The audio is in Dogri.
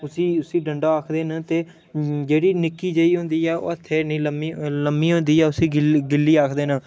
उसी उसी डंडा आखदे न ते जेह्ड़ी निक्की जेही होंदी ऐ ओह् हत्थै जिन्नी लम्मी लम्मी होंदी ऐ उसी गिल्ली गिल्ली आखदे न